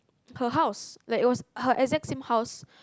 her house like it was her exact same house